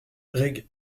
rég